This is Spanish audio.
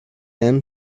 han